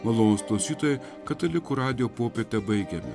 malonūs klausytojai katalikų radijo popietę baigėme